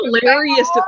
hilarious